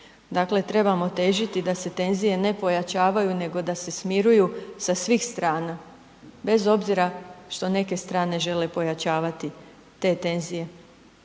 Dakle, trebamo težiti da se tenzije ne pojačavaju nego da se smiruju sa svih strana, bez obzira što neke strane žele pojačavati te tenzije.